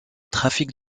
trafic